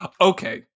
Okay